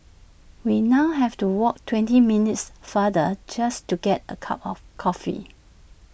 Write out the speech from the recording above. we now have to walk twenty minutes farther just to get A cup of coffee